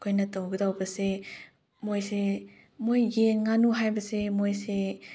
ꯑꯩꯈꯣꯏꯅ ꯇꯧꯒꯗꯧꯕꯁꯦ ꯃꯣꯏꯁꯦ ꯃꯣꯏ ꯌꯦꯟ ꯉꯥꯅꯨ ꯍꯥꯏꯕꯁꯦ ꯃꯣꯏꯁꯦ